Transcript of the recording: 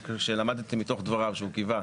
מה שלמדתי מתוך דבריו שהוא קיווה,